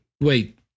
Wait